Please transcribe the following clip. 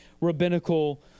rabbinical